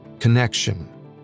Connection